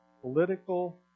political